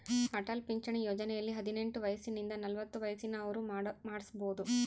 ಅಟಲ್ ಪಿಂಚಣಿ ಯೋಜನೆಯಲ್ಲಿ ಹದಿನೆಂಟು ವಯಸಿಂದ ನಲವತ್ತ ವಯಸ್ಸಿನ ಅವ್ರು ಮಾಡ್ಸಬೊದು